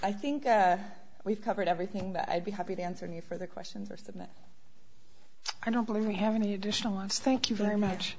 i think we've covered everything but i'd be happy to answer any further questions or something i don't believe we have any additional lives thank you very much